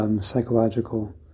Psychological